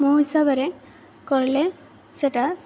ମୋ ହିସାବରେ କଲେ ସେଟା